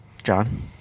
John